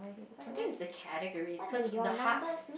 I think it's the categories cause the hearts